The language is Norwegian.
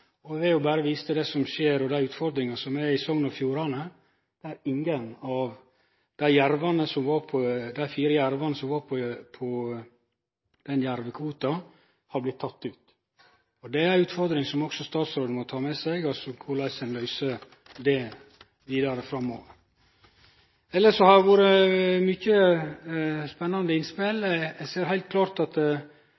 Eg vil berre vise til det som skjer, og dei utfordringane som ein har i Sogn og Fjordane, der ingen av dei fire jervane som går på jervekvota, har blitt tekne ut. Det er ei utfordring som også statsråden må ta med seg, korleis ein løyser det vidare framover. Det har vore mange spennande innspel.